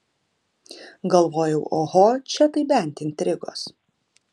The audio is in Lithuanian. galvojau oho čia tai bent intrigos